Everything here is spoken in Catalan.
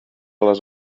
les